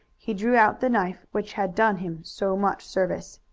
he drew out the knife which had done him so much service.